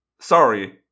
Sorry